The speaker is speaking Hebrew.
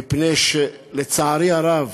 מפני שלצערי הרב,